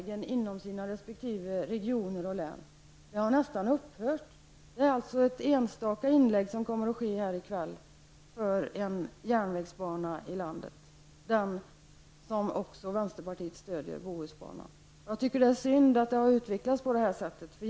Det som vi här i kväll kommer att få höra blir alltså ett enstaka inlägg för en järnvägsbana i vårt land, Bohusbanan, som också vänsterpartiet stöder. Jag tycker att det är synd att det har utvecklats på det här sättet.